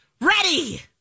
Ready